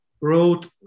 wrote